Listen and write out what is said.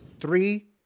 Three